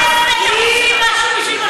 לא, כי אתם עשיתם משהו בשביל משבר הדיור.